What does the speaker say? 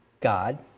God